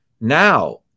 Now